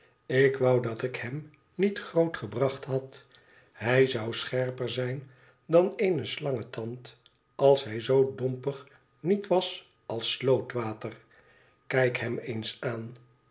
ik wou dat ik hem niet groot gebracht had hij zou scherper zijn dan eene slangetand als hij zoo dompig niet was als slootwater kijk hem eens aan